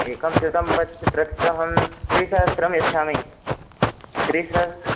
एकं शतं बस् प्रत्यहं त्रिसहस्रं यच्छामि त्रिसहस्रम्